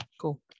Cool